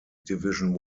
division